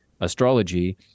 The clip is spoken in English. astrology